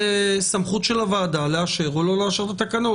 זה סמכות של הוועדה לאשר או לא לאשר את התקנות.